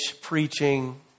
preaching